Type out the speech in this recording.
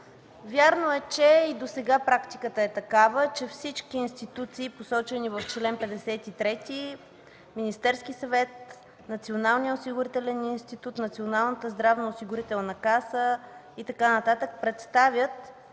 Вярно е, и досега практиката е такава, че всички институции, посочени в чл. 53 – Министерският съвет, Националният осигурителен институт, Националната здравноосигурителна каса и така нататък, представят